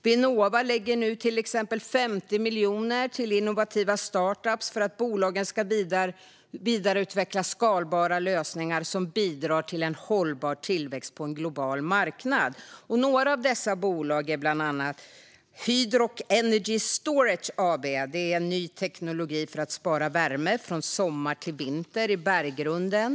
Vinnova lägger nu till exempel 50 miljoner till innovativa startup-företag för att bolagen ska vidareutveckla skalbara lösningar som bidrar till en hållbar tillväxt på en global marknad. Ett av dessa bolag är Hydroc Energy Storage AB, som arbetar med en ny teknologi för att spara värme från sommar till vinter i berggrunden.